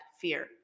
fear